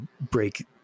break